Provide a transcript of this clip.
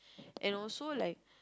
and also like